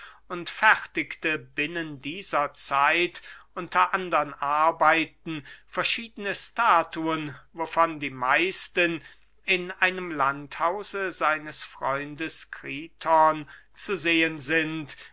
und fertigte binnen dieser zeit unter andern arbeiten verschiedene statuen wovon die meisten in einem landhause seines freundes kriton zu sehen sind